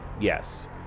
Yes